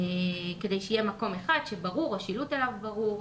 כדי שיהיה מקום אחיד וברור שיש עליו שילוט ברור.